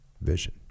vision